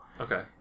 Okay